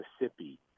Mississippi